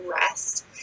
rest